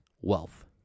wealth